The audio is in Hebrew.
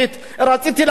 לארץ המובטחת,